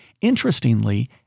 Interestingly